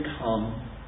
come